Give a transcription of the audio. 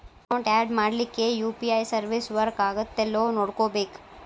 account add ಮಾಡ್ಲಿಕ್ಕೆ UPI service work ಆಗತ್ತೇಲ್ಲೋ ನೋಡ್ಕೋಬೇಕ್